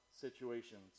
situations